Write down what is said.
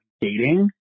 dating